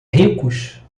ricos